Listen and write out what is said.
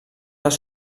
les